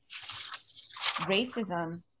racism